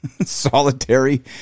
solitary